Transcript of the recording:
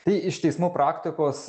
tai iš teismų praktikos